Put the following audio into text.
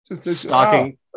Stalking